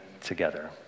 together